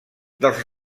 dels